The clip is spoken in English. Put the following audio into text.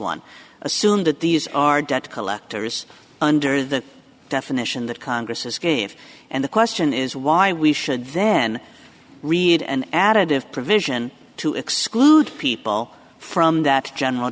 one assume that these are debt collectors under the definition that congress is gave and the question is why we should then read an additive provision to exclude people from that general